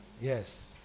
Yes